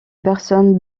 personne